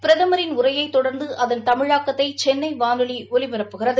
பிரதமரின் உரையைத் தொடர்ந்து அதன் தமிழாக்கத்தை சென்னை வானொலி ஒலிபரப்புகிறது